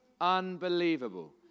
unbelievable